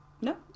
No